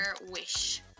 Wish